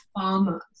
farmers